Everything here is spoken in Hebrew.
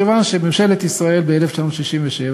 מכיוון שממשלת ישראל ב-1967,